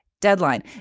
deadline